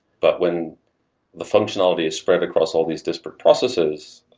but when the functionality is spread across all these disparate processes,